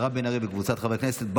מירב בן ארי וקבוצת חברי הכנסת,